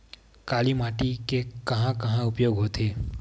काली माटी के कहां कहा उपयोग होथे?